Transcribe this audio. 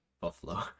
Buffalo